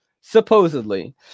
Supposedly